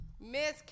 Miss